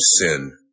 sin